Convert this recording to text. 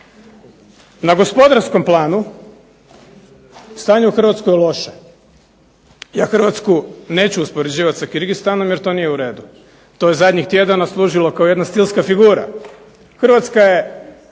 Na gospodarskom planu stanje u Hrvatskoj je loše. Ja Hrvatsku neću uspoređivati sa Kirgistanom jer to nije u redu. To je zadnjih tjedana služilo kao jedna stilska figura. Hrvatska ima